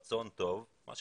רצון טוב, זה יקרה.